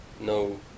no